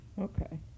Okay